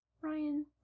Ryan